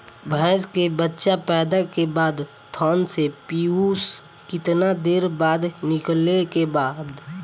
भैंस के बच्चा पैदा के बाद थन से पियूष कितना देर बाद निकले के बा?